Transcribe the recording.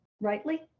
rightly